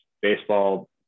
baseball